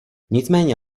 nicméně